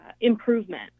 improvement